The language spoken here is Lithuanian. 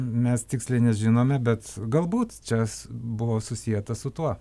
mes tiksliai nežinome bet galbūt čia s buvo susieta su tuo